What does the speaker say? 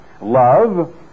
love